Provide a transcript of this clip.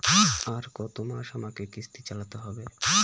আর কতমাস আমাকে কিস্তি চালাতে হবে?